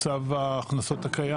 מצב ההכנסות הקיים,